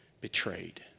betrayed